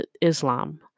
Islam